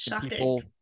People